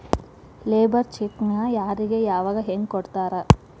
Labour ಚೆಕ್ಕ್ನ್ ಯಾರಿಗೆ ಯಾವಗ ಹೆಂಗ್ ಕೊಡ್ತಾರ?